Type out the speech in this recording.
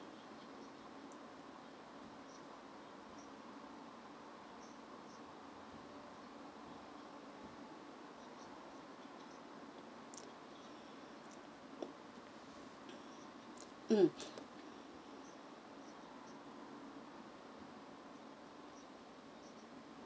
mm